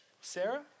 Sarah